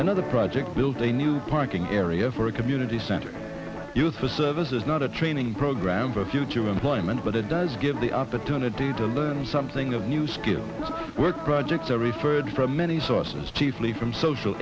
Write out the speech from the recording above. another project build a new parking area for a community center for services not a training program for future employment but it does give the opportunity to learn something of new skill work projects are referred from many sources chiefly from social